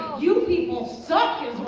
you people suck is